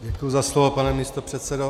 Děkuji za slovo, pane místopředsedo.